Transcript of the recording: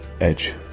edge